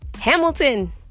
Hamilton